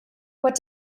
what